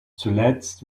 zuletzt